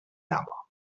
arbres